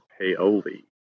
Paoli